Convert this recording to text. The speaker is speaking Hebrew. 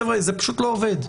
חבר'ה, זה פשוט לא עובד.